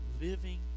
living